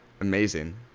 Amazing